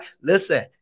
Listen